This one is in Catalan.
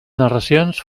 narracions